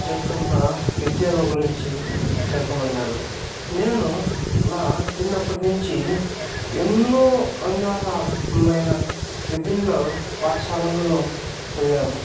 చేస్తున్న విద్యను గురించి తెలుపమన్నాడు నేను నా చిన్నప్పటి నుంచి ఎన్నో రంగాలమైన విభిన్న పాఠశాలలో చదివాను